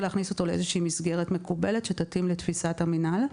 להכניס אותו לאיזושהי מסגרת מקובלת שתתאים לתפיסת המנהל.